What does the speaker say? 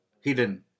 hidden